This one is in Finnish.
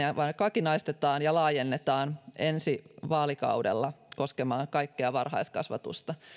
vakinaistetaan ja sitä laajennetaan ensi vaalikaudella koskemaan kaikkea varhaiskasvatusta